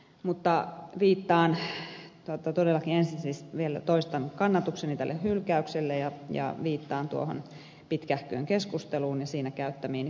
mutta todellakin ensin siis vielä toistan kannatukseni tälle hylkäykselle ja viittaan tuohon pitkähköön keskusteluun ja siinä käyttämiini puheenvuoroihin